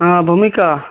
ହଁ ଭୂମିକା